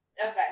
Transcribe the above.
Okay